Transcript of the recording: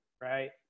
right